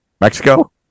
Mexico